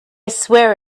swear